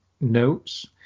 notes